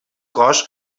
cos